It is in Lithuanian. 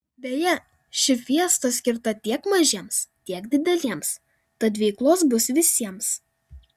beje ši fiesta skirta tiek mažiems tiek dideliems tad veiklos bus visiems